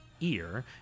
ear